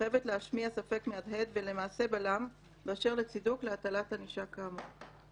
חייבת להשמיע ספק מהדהד ולמעשה בלם באשר לצידוק להטלת ענישה כאמור.